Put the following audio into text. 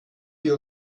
wir